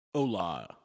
Hola